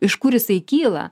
iš kur jisai kyla